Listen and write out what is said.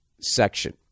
section